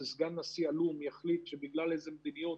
סגן נשיא עלום יחליט שבגלל איזו מדיניות